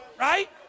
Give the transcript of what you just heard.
Right